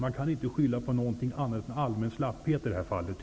Man kan i det här fallet inte skylla på annat än allmän slapphet.